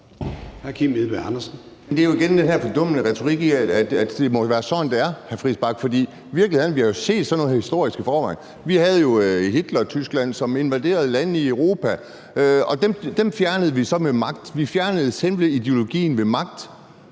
Det er jo igen den her fordummende retorik med, at det må være sådan, det er, hr. Christian Friis Bach. Virkeligheden er jo, at vi har set sådan noget her før i historien. Vi havde jo Hitlertyskland, som invaderede lande i Europa, og dem fjernede vi så med magt. Vi fjernede selve ideologien med magt.